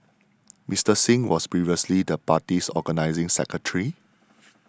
Mister Singh was previously the party's organising secretary